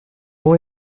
una